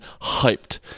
hyped